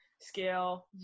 scale